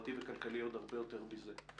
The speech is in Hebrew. חברתי וכלכלי עוד הרבה יותר מזה.